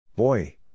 Boy